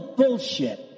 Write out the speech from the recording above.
bullshit